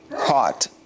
caught